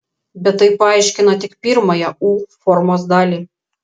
bet tai paaiškina tik pirmąją u formos dalį